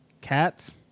Cats